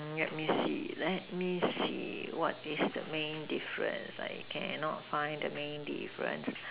let me see let me see what is the main difference I cannot find the main difference